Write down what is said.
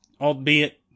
albeit